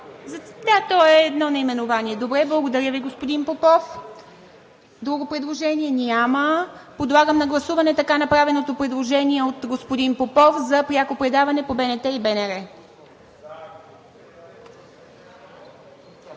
Благодаря. ПРЕДСЕДАТЕЛ ИВА МИТЕВА: Благодаря Ви, господин Попов. Друго предложение няма. Подлагам на гласуване така направеното предложение от господин Попов за пряко предаване по БНТ и БНР.